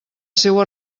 seua